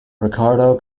ricardo